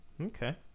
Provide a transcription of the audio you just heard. okay